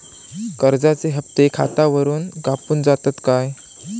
कर्जाचे हप्ते खातावरून कापून जातत काय?